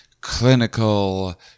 clinical